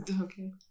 Okay